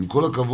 עם כל הכבוד,